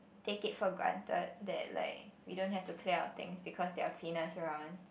take it for granted that like we don't have to clear our things because there are cleaners around